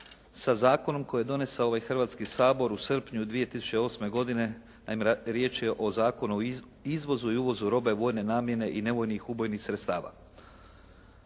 sa zakonom koji je donesao ovaj Hrvatski sabor u srpnju 2008. godine. Naime riječ je o Zakonu o izvozu i uvozu robe vojne namjene i nevojnih ubojnih sredstava.